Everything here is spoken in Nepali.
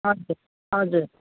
हजुर हजुर